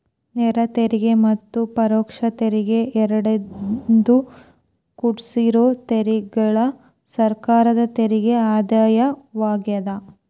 ನೇರ ತೆರಿಗೆ ಮತ್ತ ಪರೋಕ್ಷ ತೆರಿಗೆ ಎರಡರಿಂದೂ ಕುಡ್ಸಿರೋ ತೆರಿಗೆಗಳ ಸರ್ಕಾರದ ತೆರಿಗೆ ಆದಾಯವಾಗ್ಯಾದ